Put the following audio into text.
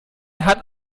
hat